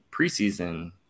preseason